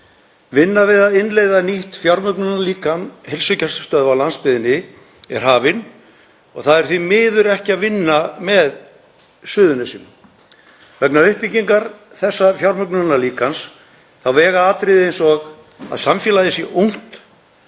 Vinna við að innleiða nýtt fjármögnunarlíkan heilsugæslustöðva á landsbyggðinni er hafin. Það vinnur því miður ekki með Suðurnesjunum. Vegna uppbyggingar þessa fjármögnunarlíkans þá vega atriði eins og að samfélagið sé ungt